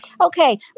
Okay